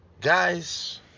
Guys